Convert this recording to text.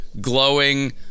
glowing